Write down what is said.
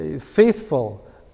faithful